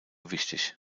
wichtig